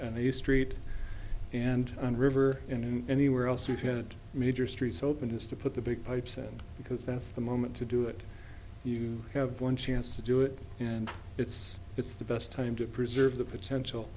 the street and on river in anywhere else if you had major streets openness to put the big pipes and because that's the moment to do it you have one chance to do it and it's it's the best time to preserve the potential